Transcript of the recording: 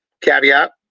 caveat